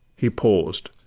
he paused,